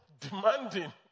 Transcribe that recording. demanding